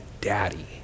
daddy